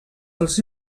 dels